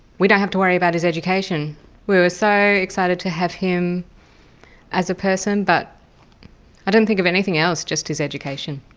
we don't have to worry about his education. we were so excited to have him as a person, but i didn't think of anything else, just his education.